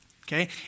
Okay